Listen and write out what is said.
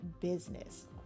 business